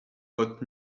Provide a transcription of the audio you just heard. bought